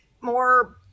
more